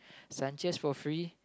Sanchez for free